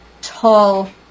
tall